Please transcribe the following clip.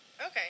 okay